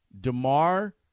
DeMar